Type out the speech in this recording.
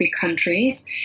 countries